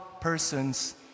person's